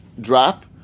drop